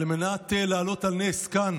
על מנת להעלות על נס כאן